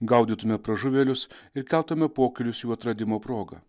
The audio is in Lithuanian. gaudytume pražuvėlius ir keltume pokylius jų atradimo proga